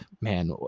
man